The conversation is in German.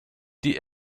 die